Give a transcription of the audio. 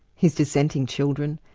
his dissenting children,